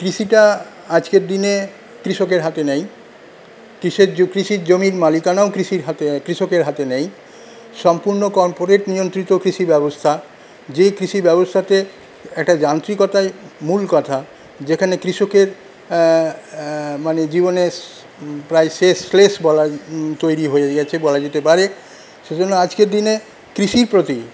কৃষিটা আজকের দিনে কৃষকের হাতে নেই কৃষিজ কৃষির জমির মালিকানাও কৃষির হাতে কৃষকের হাতে নেই সম্পূর্ণ কর্পোরেট নিয়ন্ত্রিত কৃষি ব্যবস্থা যেই কৃষি ব্যবস্থাতে একটা যান্ত্রিকতাই মূল কথা যেখানে কৃষকের মানে জীবনের প্রায় শেষ লেশ বলা তৈরি হয়ে গেছে বলা যেতে পারে সেইজন্য আজকের দিনে কৃষির প্রতি